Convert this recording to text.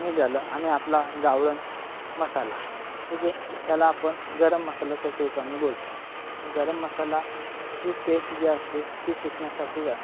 मीठ झालं आणि आपला गावरान मसाला ठीक आहे त्याला आपण गरम मसाल्याच्या एकरूपाने बोलतो गरम मसालाची टेस्ट जी असते ती चिकनसाठीच असते